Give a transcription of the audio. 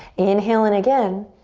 inhale in again.